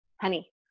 honey